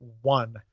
one